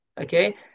okay